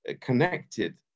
connected